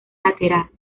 lateral